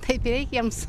taip ir reikia jiems